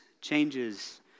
changes